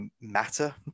matter